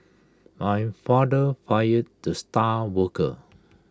my father fired the star worker